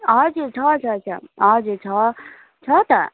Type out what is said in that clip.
हजुर छ छ छ हजुर छ छ त